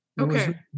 Okay